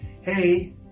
hey